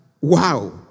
Wow